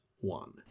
one